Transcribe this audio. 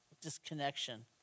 disconnection